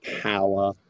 power